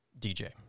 DJ